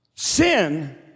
Sin